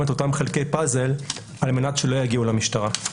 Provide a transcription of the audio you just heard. את אותם חלקי פאזל על מנת שלא יגיעו למשטרה.